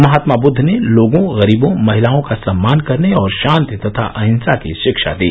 महात्मा बुद्द ने लोगों गरीबों महिलाओं का सम्मान करने और शांति तथा अहिंसा की शिक्षा दो